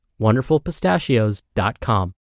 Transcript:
wonderfulpistachios.com